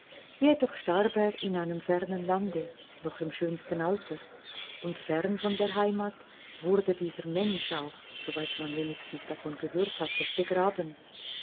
jedoch starb er in einem fernen lande noch im schönsten alter und fern von der heimat wurde dieser mensch auch soweit man wenigstens davon gehört hatte begraben